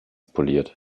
poliert